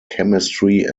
chemistry